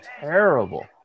terrible